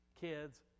kids